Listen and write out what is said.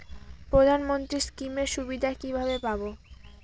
প্রধানমন্ত্রী স্কীম এর সুবিধা কিভাবে পাবো?